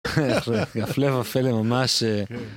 הפלא ופלא ממש.